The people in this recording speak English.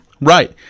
right